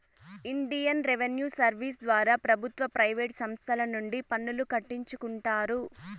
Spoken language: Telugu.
ఇండియన్ రెవిన్యూ సర్వీస్ ద్వారా ప్రభుత్వ ప్రైవేటు సంస్తల నుండి పన్నులు కట్టించుకుంటారు